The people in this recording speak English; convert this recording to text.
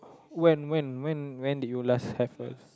when when when when did you last have a